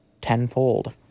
tenfold